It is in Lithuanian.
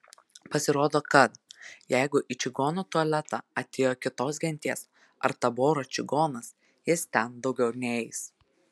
pasirodo kad jeigu į čigono tualetą atėjo kitos genties ar taboro čigonas jis ten daugiau neeis